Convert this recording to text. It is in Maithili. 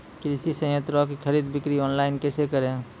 कृषि संयंत्रों की खरीद बिक्री ऑनलाइन कैसे करे?